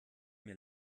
mir